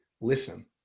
listen